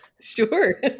Sure